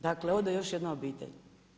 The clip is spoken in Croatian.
Dakle ode još jedna obitelj.